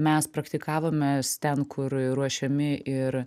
mes praktikavomės ten kur ruošiami ir